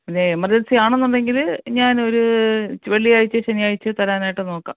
പിന്നെ എമെർജെൻസി ആണെന്നുണ്ടെങ്കിൽ ഞാനൊരു വെള്ളിയാഴ്ചയോ ശനിയാഴ്ചയോ തരാനായിട്ട് നോക്കാം